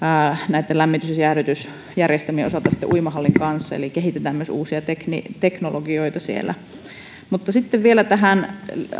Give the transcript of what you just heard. lämmitys ja jäähdytysjärjestelmien osalta uimahallin kanssa eli kehitetään myös uusia teknologioita siellä sitten vielä tähän kun